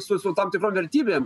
su su tam tikrom vertybėm